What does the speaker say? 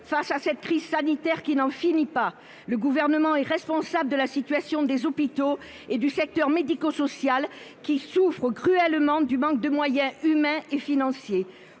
Face à cette crise sanitaire qui n'en finit pas, le Gouvernement est responsable de la situation des hôpitaux et du secteur médico-social, qui souffrent cruellement du manque de moyens humains et financiers.